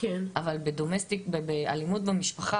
אבל באלימות במשפחה,